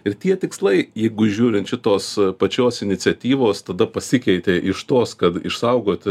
ir tie tikslai jeigu žiūrint šitos pačios iniciatyvos tada pasikeitė iš tos kad išsaugot